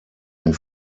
den